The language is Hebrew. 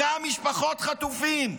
מכה משפחות חטופים,